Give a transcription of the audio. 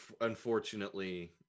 unfortunately